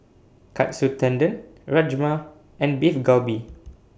Katsu Tendon Rajma and Beef Galbi